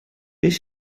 beth